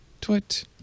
twit